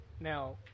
now